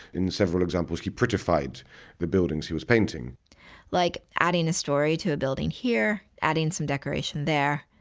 in several examples, he prettified the buildings he was painting like adding a story to a building here, adding some decoration there,